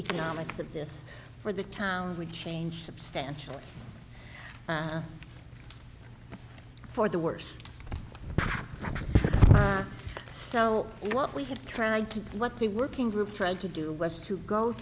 economics of this for the town would change substantially for the worse so what we have tried to what the working group tried to do was to go